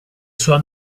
sua